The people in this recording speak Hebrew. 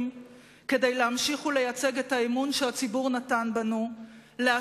כדי להמשיך ולייצג את הציבור שנתן בנו אמון,